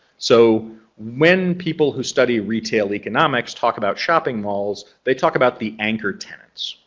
so when people who study retail economics talk about shopping malls, they talk about the anchor tenants.